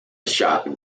shopping